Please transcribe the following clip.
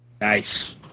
Nice